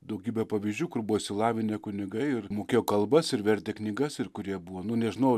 daugybę pavyzdžių kur buvo išsilavinę kunigai ir mokėjo kalbas ir vertė knygas ir kurie buvo nu nežinau